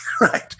right